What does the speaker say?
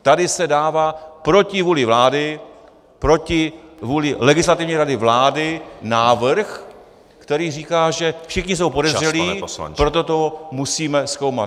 Tady se dává proti vůli vlády, proti vůli Legislativní rady vlády návrh, který říká, že všichni jsou podezřelí , proto to musíme zkoumat.